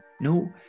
no